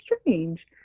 strange